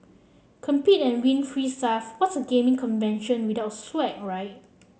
compete and win free stuff what's a gaming convention without swag right